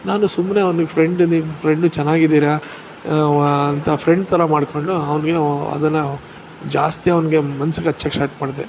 ನಾನು ಸುಮ್ಮನೆ ಅವ್ನಿಗೆ ಫ್ರೆಂಡ್ ನಿಮ್ಮ ಫ್ರೆಂಡ್ ಚೆನ್ನಾಗಿದ್ದೀರ ಅವ ಅಂತ ಫ್ರೆಂಡ್ಸೆಲ್ಲ ಮಾಡಿಕೊಂಡು ಅವನಿಗೆ ಅದನ್ನು ಜಾಸ್ತಿ ಅವನಿಗೆ ಮನಸಿಗೆ ಹಚ್ಚೋಕೆ ಸ್ಟಾಟ್ ಮಾಡಿದೆ